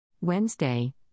Wednesday